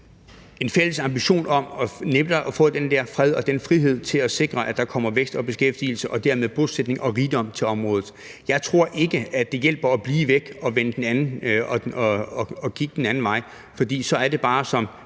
en fælles ambition om at få den der fred og frihed til at sikre, at der kommer vækst og beskæftigelse og dermed bosætning og rigdom til området. Jeg tror ikke, det hjælper at blive væk og kigge den anden vej, for så er det bare